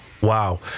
Wow